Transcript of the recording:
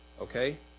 Okay